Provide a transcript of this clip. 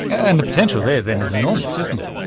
and the potential there then is enormous, isn't it.